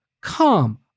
come